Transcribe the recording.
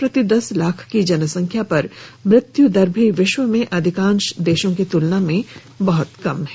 प्रति दस लाख की जनसंख्या पर मृत्यु दर भी विश्व में अधिकांश देशों की तुलना में बहुत कम है